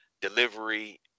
delivery